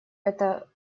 эта